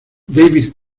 david